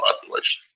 population